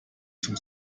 zum